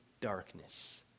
darkness